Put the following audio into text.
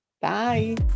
Bye